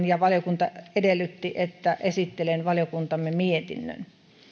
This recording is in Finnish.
ja valiokunta edellytti että esittelen valiokuntamme mietinnön